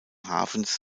hafens